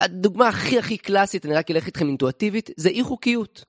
הדוגמה הכי הכי קלאסית, אני רק אלך איתכם אינטואטיבית, זה אי חוקיות.